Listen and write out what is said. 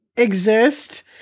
exist